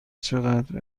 چقدر